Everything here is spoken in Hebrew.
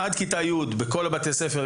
עד כיתה י' בכל בתי הספר,